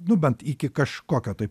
nu bent iki kažkokio tai